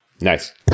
Nice